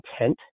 intent